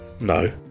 No